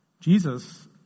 jesus